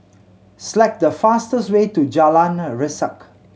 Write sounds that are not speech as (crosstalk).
select the fastest way to Jalan (unintelligible) Resak